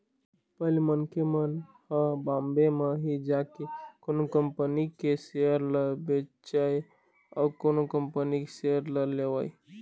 पहिली मनखे मन ह बॉम्बे म ही जाके कोनो कंपनी के सेयर ल बेचय अउ कोनो कंपनी के सेयर ल लेवय